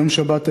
ביום שבת,